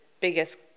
biggest